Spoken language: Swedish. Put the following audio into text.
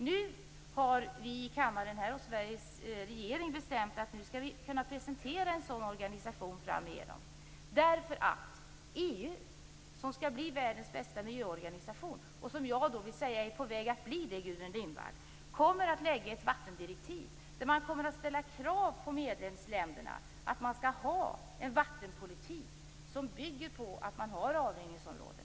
Nu har vi här i kammaren och Sveriges regering bestämt att det skall presenteras en sådan organisation. EU - som skall bli världens bästa miljöorganisation och som är på väg att bli det, Gudrun Lindvall - kommer att lägga fram ett vattendirektiv där det ställs krav på medlemsländerna att de skall ha en vattenpolitik som bygger på avrinningsområden.